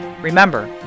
Remember